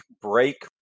break